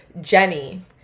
Jenny